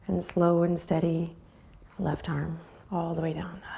and slow and steady left arm all the way down.